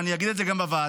ואני אגיד את זה גם בוועדה,